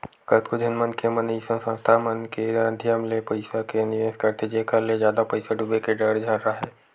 कतको झन मनखे मन अइसन संस्था मन के माधियम ले पइसा के निवेस करथे जेखर ले जादा पइसा डूबे के डर झन राहय